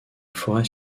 forêt